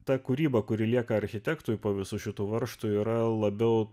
ta kūryba kuri lieka architektui po visų šitų varžtų yra labiau